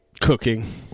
cooking